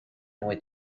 only